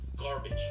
Garbage